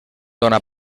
dóna